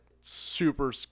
super